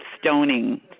stoning